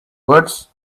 words